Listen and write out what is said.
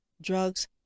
drugs